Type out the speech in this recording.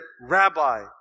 Rabbi